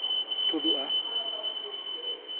ᱩᱰᱩᱠᱚᱜᱼᱟ